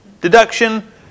deduction